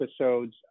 episodes